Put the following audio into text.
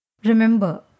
Remember